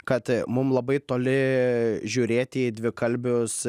kad mum labai toli žiūrėti į dvikalbius